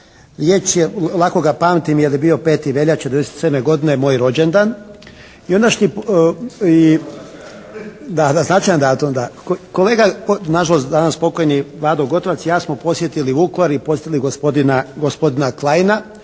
sudionik. Lako ga pamtim jer je bio 5. veljače 1997. moj rođendan. I ondašnji kolega nažalost danas pokojni Vlado Gotovac i ja smo posjetili Vukovar i posjetili gospodina Kleina,